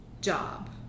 job